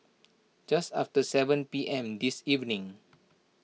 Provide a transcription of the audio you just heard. just after seven P M this evening